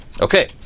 Okay